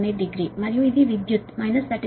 18 degree మరియు ఈ కరెంటువిద్యుత్ మైనస్ 33